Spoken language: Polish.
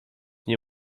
nie